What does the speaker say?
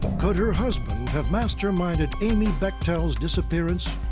could her husband have masterminded amy bechtel's disappearance?